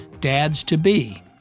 dads-to-be